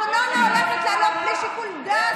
הארנונה הולכת לעלות בכלל בלי שיקול דעת של ראש העיר.